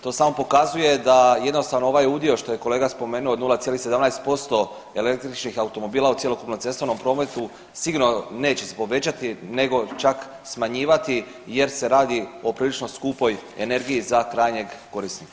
To samo pokazuje da jednostavno ovaj udio što je kolega spomenuo od 0,17% električnih automobila u cjelokupnom cestovnom prometu sigurno se neće povećati nego čak smanjivati jer se radi o prilično skupoj energiji za krajnjeg korisnika.